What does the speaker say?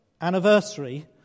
anniversary